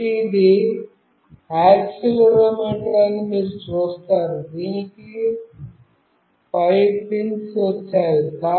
కాబట్టి ఇది యాక్సిలెరోమీటర్ అని మీరు చూస్తారు దీనికి 5 పిన్స్ వచ్చాయి